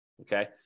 Okay